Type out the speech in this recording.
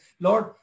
Lord